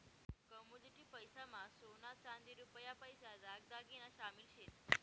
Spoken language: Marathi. कमोडिटी पैसा मा सोना चांदी रुपया पैसा दाग दागिना शामिल शेत